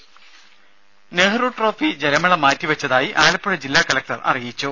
രദേ നെഹ്റു ട്രോഫി ജലമേള മാറ്റിവെച്ചതായി ആലപ്പുഴ ജില്ലാ കലക്ടർ അറിയിച്ചു